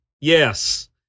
yes